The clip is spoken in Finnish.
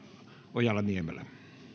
ojala niemelä